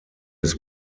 his